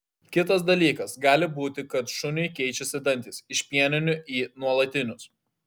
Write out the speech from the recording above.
kitas dalykas gali būti kad šuniui keičiasi dantys iš pieninių į nuolatinius